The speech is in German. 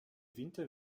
winter